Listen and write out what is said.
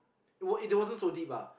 it was it wasn't so deep ah